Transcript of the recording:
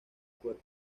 cuerpo